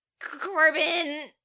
Corbin